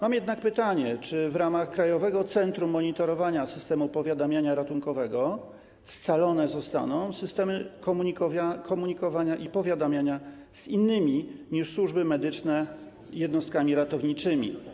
Mam jednak pytanie, czy w ramach Krajowego Centrum Monitorowania Systemu Powiadamiania Ratunkowego scalone zostaną systemy komunikowania i powiadamiania z innymi niż służby medyczne jednostkami ratowniczymi.